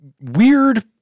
weird